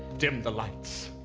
dim the lights.